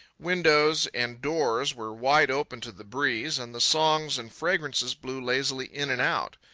windows and doors were wide open to the breeze, and the songs and fragrances blew lazily in and out.